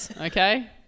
Okay